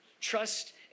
trust